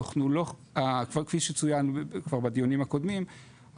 כפי שצוין כבר בדיונים הקודמים,